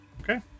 Okay